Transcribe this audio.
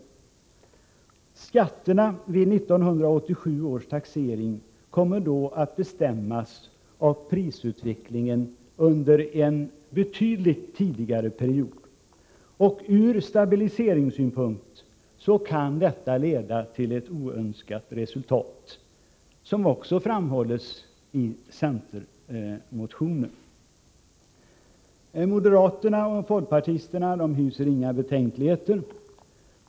Skatterna vid 1987 års taxering kommer då att bestämmas av prisutvecklingen under en betydligt tidigare period. Ur stabiliseringssynpunkt kan detta leda till ett oönskat resultat, vilket också framhålles i centermotionen. Moderaterna och folkpartisterna hyser inga betänkligheter.